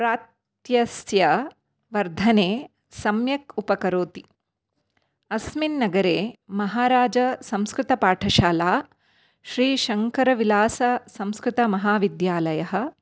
प्रत्यस्य वर्धने सम्यक् उपकरोति अस्मिन् नगरे महाराजसंस्कृतपाठशाला श्रीशङ्करविलाससंस्कृतमहाविद्यालयः